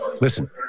listen